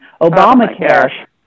Obamacare